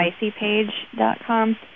spicypage.com